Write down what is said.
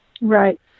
Right